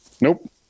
Nope